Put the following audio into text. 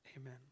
Amen